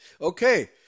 Okay